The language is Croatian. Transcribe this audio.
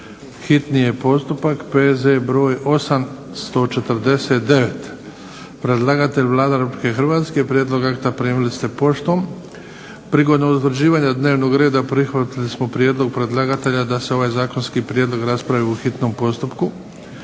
čitanje, P.Z. br. 849. Predlagatelj Vlada Republike Hrvatske. Prijedlog akta primili ste poštom. Prigodom utvrđivanja dnevnog reda prihvatili smo prijedlog predlagatelja da se ovaj zakonski prijedlog raspravi u hitnom postupku.